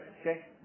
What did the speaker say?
okay